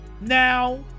Now